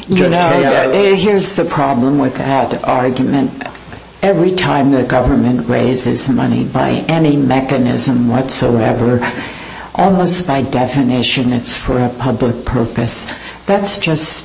now here's the problem with half the argument every time the government raises money by any mechanism whatsoever almost by definition it's for a public purpose that's just